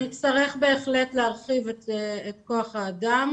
אנחנו נצטרך בהחלט להרחיב את כוח האדם